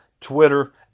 Twitter